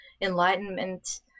Enlightenment